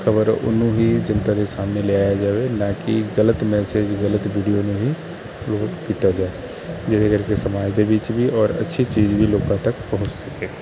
ਖਬਰ ਉਹਨੂੰ ਹੀ ਜਨਤਾ ਦੇ ਸਾਹਮਣੇ ਲਿਆਇਆ ਜਾਵੇ ਨਾ ਕਿ ਗਲਤ ਮੈਸੇਜ ਗਲਤ ਵੀਡੀਓ ਨੂੰ ਹੀ ਅਪਲੋਡ ਕੀਤਾ ਜਾਏ ਜਿਹਦੇ ਕਰਕੇ ਸਮਾਜ ਦੇ ਵਿੱਚ ਵੀ ਔਰ ਅੱਛੀ ਚੀਜ਼ ਵੀ ਲੋਕਾਂ ਤੱਕ ਪਹੁੰਚ ਸਕੇ